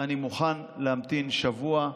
אני מוכן להמתין שבוע,